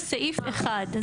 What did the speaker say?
מדובר בסעיף אחד.